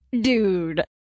dude